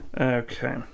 okay